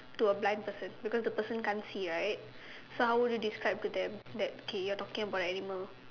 to a blind person because the person can't see right so how would you describe to them that okay you are talking about an animal